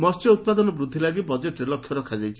ମହ୍ୟ ଉପାଦନ ବୃଦ୍ଧି ଲାଗି ବଜେଟ୍ରେ ଲକ୍ଷ୍ୟ ରଖାଯାଇଛି